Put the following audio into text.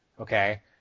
okay